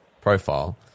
profile